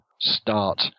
start